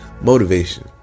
motivation